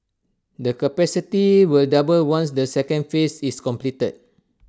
the capacity will double once the second phase is complete